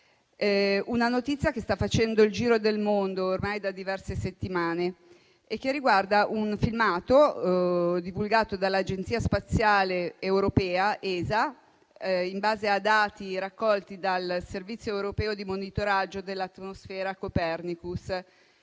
una notizia che sta facendo il giro del mondo ormai da diverse settimane e che riguarda un filmato divulgato dall'Agenzia spaziale europea, ESA, sulla base di dati raccolti dal servizio europeo di monitoraggio dell'atmosfera Copernicus.